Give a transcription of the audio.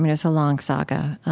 it was a long saga